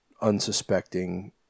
unsuspecting